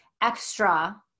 extra